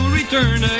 return